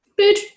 Bitch